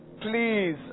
Please